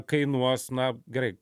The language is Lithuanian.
kainuos na gerai